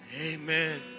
Amen